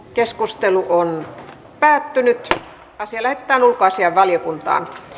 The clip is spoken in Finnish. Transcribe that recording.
keskustelu on päättynyt kysellä että asia